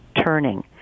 turning